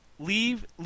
Leave